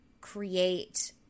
create